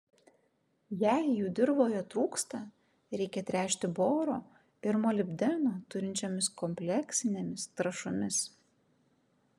jei jų dirvoje trūksta reikia tręšti boro ir molibdeno turinčiomis kompleksinėmis trąšomis